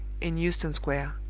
in euston square.